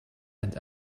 and